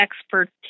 expertise